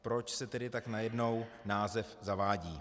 Proč se tedy tak najednou název zavádí?